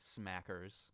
smackers